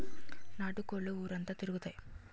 నాటు కోళ్లు ఊరంతా తిరుగుతాయి